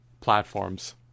platforms